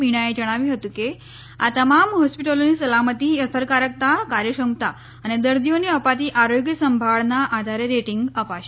મીણાએ જણાવ્યું હતું કે આ તમામ હોસ્પિટલોને સલામતી અસરકારકતા કાર્યક્ષમતા અને દર્દીઓને અપાતી આરોગ્ય સંભાળના આધારે રેટીંગ અપાશે